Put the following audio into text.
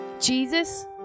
Jesus